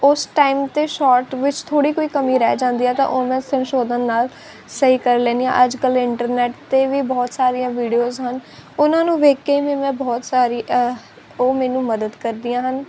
ਉਸ ਟਾਈਮ 'ਤੇ ਸ਼ੋਰਟ ਵਿੱਚ ਥੋੜ੍ਹੀ ਕੋਈ ਕਮੀ ਰਹਿ ਜਾਂਦੀ ਹੈ ਤਾਂ ਉਹ ਮੈਂ ਸੰਸ਼ੋਧਨ ਨਾਲ ਸਹੀ ਕਰ ਲੈਂਦੀ ਹਾਂ ਅੱਜ ਕੱਲ੍ਹ ਇੰਟਰਨੈਟ 'ਤੇ ਵੀ ਬਹੁਤ ਸਾਰੀਆਂ ਵੀਡੀਓਜ ਹਨ ਉਹਨਾਂ ਨੂੰ ਵੇਖ ਕੇ ਵੀ ਮੈਂ ਬਹੁਤ ਸਾਰੀ ਉਹ ਮੈਨੂੰ ਮਦਦ ਕਰਦੀਆਂ ਹਨ